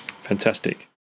Fantastic